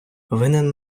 винен